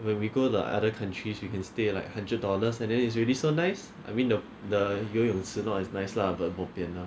when we go the other countries you can stay like hundred dollars and then it's already so nice I mean the the 游泳池 not as nice lah but bo pian lah